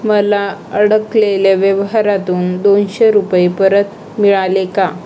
मला अडकलेल्या व्यवहारातून दोनशे रुपये परत मिळाले का